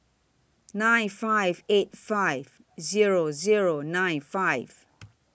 nine five eight five Zero Zero nine five